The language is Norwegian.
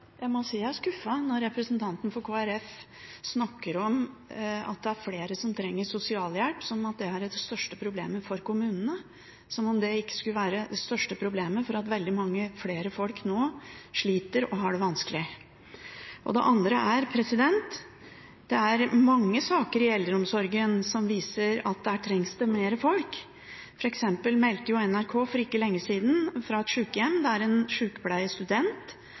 Jeg må si jeg er skuffet når representanten for Kristelig Folkeparti snakker om at det er flere som trenger sosialhjelp som om det er det største problemet for kommunene – som om det ikke skulle være det største problemet at veldig mange flere folk nå sliter og har det vanskelig. Det andre er at det er mange saker i eldreomsorgen som viser at der trengs det mer folk. For eksempel meldte NRK for ikke lenge siden fra et sykehjem der en